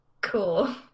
cool